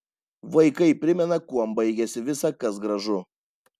vaikai primena kuom baigiasi visa kas gražu